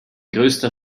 größter